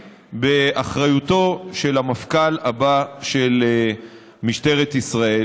באחריותו של המפכ"ל הבא של משטרת ישראל.